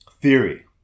theory